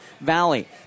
Valley